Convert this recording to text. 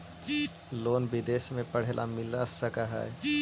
Loan विदेश में पढ़ेला मिल सक हइ?